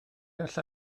alla